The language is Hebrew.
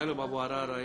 טלב אבו עראר,